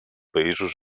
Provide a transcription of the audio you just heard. països